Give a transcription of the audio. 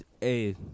Hey